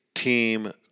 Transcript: team